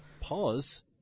Pause